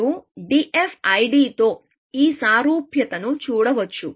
మీరు DFID తో ఈ సారూప్యతను చూడవచ్చు